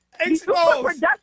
Exposed